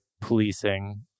policing